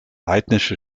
heidnische